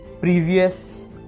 Previous